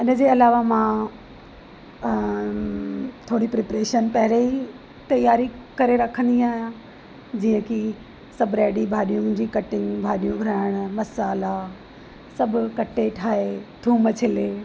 इनजे अलावा मां थोरी प्रिपरेशन पहिरीं ई तयारी करे रखंदी आहियां जीअं की सभु रेडी भाॼियुनि जी कटिंग भाॼियूं ठाहिण मसाला सभु कटे ठाहे थूम छिले